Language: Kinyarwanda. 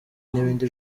n’ibindi